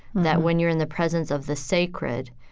that when you're in the presence of the sacred,